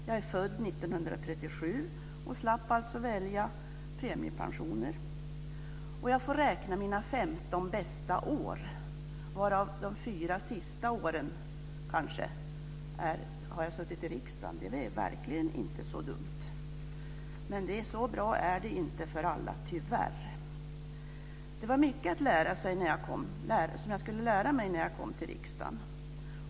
Jag är född 1937 och slapp alltså välja premiepensionsfonder. Jag får tillgodoräkna mina 15 bästa år, och under de 4 sista åren kommer jag kanske att ha suttit i riksdagen. Det är verkligen inte så dumt. Men så bra är det tyvärr inte för alla. Det var mycket jag skulle lära mig när jag kom till riksdagen.